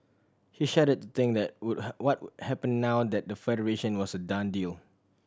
he shuddered think that would what would happen now that the Federation was a done deal